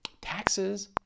taxes